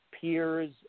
peers